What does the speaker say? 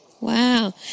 Wow